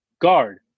guard